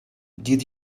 did